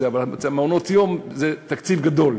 במעונות זה תקציב גדול,